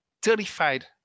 terrified